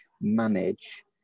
manage